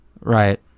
Right